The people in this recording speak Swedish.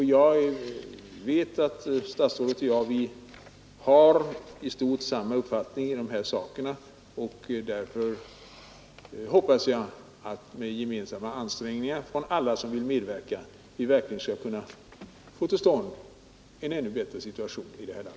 Statsrådet Bengtsson och jag har säkert i stort samma uppfattning i de här frågorna. Därför hoppas jag att statsrådet och vi andra med gemensamma ansträngningar skall lyckas få till stånd en bättre situation i fråga om simkunnigheten och kampen mot drunkningsolyckorna i vårt land.